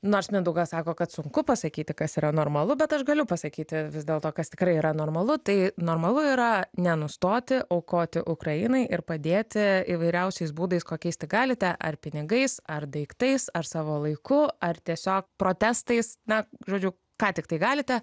nors mindaugas sako kad sunku pasakyti kas yra normalu bet aš galiu pasakyti vis dėlto kas tikrai yra normalu tai normalu yra nenustoti aukoti ukrainai ir padėti įvairiausiais būdais kokiais tik galite ar pinigais ar daiktais ar savo laiku ar tiesiog protestais na žodžiu ką tiktai galite